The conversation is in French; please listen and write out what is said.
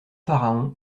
pharaon